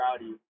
rowdy